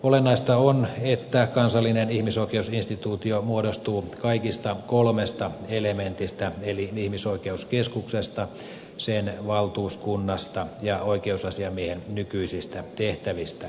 olennaista on että kansallinen ihmisoikeusinstituutio muodostuu kaikista kolmesta elementistä eli ihmisoikeuskeskuksesta sen valtuuskunnasta ja oikeusasiamiehen nykyisistä tehtävistä